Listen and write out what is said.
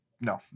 No